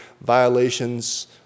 violations